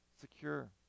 secure